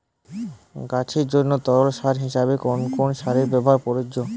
গাছের জন্য তরল সার হিসেবে কোন কোন সারের ব্যাবহার প্রযোজ্য?